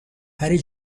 پری